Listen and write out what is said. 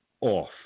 off